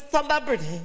celebrity